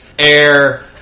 air